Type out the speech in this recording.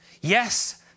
Yes